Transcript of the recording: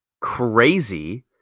crazy